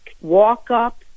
walk-up